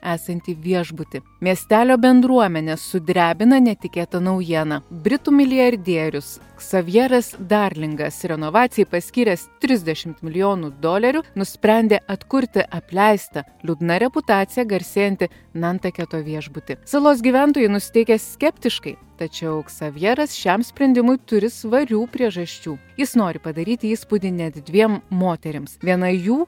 esantį viešbutį miestelio bendruomenę sudrebina netikėta naujiena britų milijardierius ksavieras darlingas renovacijai paskyręs trisdešimt milijonų dolerių nusprendė atkurti apleistą liūdna reputacija garsėjantį nantaketo viešbutį salos gyventojai nusiteikę skeptiškai tačiau ksavieras šiam sprendimui turi svarių priežasčių jis nori padaryti įspūdį net dviem moterims viena jų